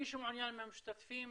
למי שמעוניין מהמשתתפים